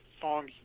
songs